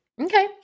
Okay